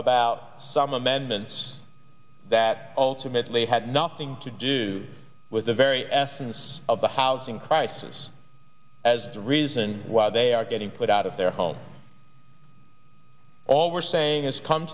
about some amendments that ultimately had nothing to do with the very essence of the housing crisis as the reason why they are getting put out of their homes all we're saying is come